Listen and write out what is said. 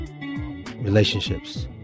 relationships